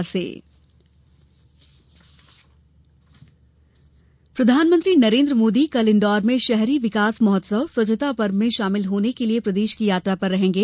PM स्वच्छता महोत्सव प्रधानमंत्री नरेंद्र मोदी कल इंदौर में शहरी विकास महोत्सव स्वच्छता पर्व में शामिल होने के लिए प्रदेश की यात्रा पर रहेंगे